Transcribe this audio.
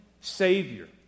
Savior